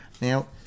Now